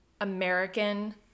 American